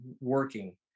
working